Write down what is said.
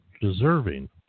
deserving